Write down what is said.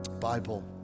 Bible